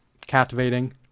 captivating